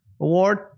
award